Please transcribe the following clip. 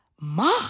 Ma